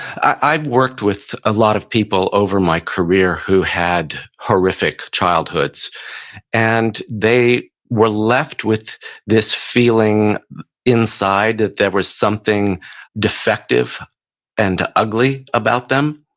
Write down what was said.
i worked with a lot of people over my career who had horrific childhoods and they were left with this feeling inside that there was something defective and ugly about them,